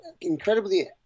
incredibly